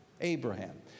abraham